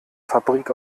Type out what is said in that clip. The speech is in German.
fabrik